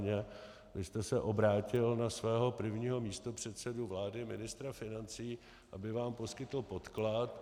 Vy jste se obrátil na svého prvního místopředsedu vlády, ministra financí, aby vám poskytl podklad.